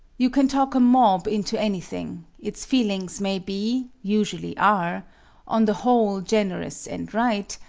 you can talk a mob into anything its feelings may be usually are on the whole, generous and right,